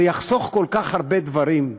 זה יחסוך כל כך הרבה דברים.